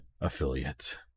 affiliate